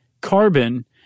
carbon